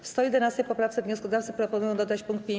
W 111. poprawce wnioskodawcy proponują dodać pkt 50a.